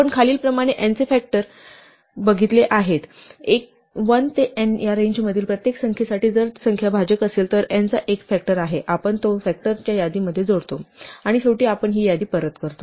आपण खालील प्रमाणे n चे फॅक्टर परिभाषित करतो आपण असे गृहीत धरतो की फॅक्टर लिस्ट रिकामी आहे आणि 1 ते n या रेंज मधील प्रत्येक संख्येसाठी जर ती संख्या भाजक असेल तर n चा एक फॅक्टर आहे आपण तो फॅक्टरच्या यादीमध्ये जोडतो आणि शेवटी आपण ही यादी परत करतो